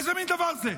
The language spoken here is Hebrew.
איזה מין דבר זה?